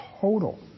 total